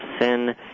sin